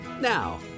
now